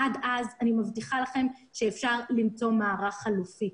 ועד אז אני מבטיחה לכם שאפשר למצוא מערך חלופי.